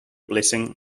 blessing